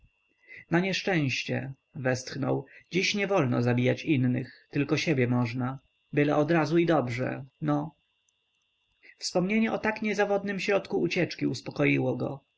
na nieszczęście westchnął dziś niewolno zabijać innych tylko siebie można byle odrazu i dobrze no wspomnienie o tak niezawodnym środku ucieczki uspokoiło go